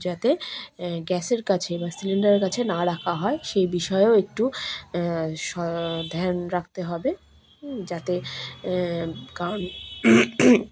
যাতে গ্যাসের কাছে বা সিলিন্ডারের কাছে না রাখা হয় সেই বিষয়েও একটু ধ্যান রাখতে হবে যাতে কারণ